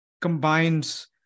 combines